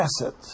asset